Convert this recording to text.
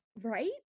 Right